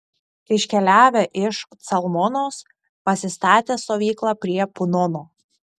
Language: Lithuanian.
iškeliavę iš calmonos pasistatė stovyklą prie punono